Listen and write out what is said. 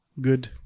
Good